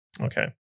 Okay